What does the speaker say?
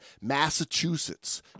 Massachusetts